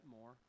more